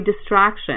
distraction